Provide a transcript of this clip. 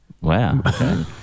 Wow